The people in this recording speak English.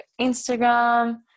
Instagram